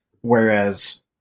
whereas